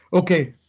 okay,